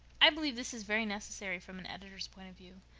i believe this is very necessary from an editor's point of view.